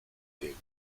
zbiegł